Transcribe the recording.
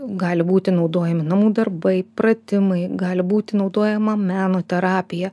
gali būti naudojami namų darbai pratimai gali būti naudojama meno terapija